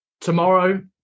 tomorrow